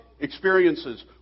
Experiences